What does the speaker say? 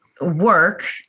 work